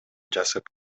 жасап